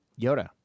Yoda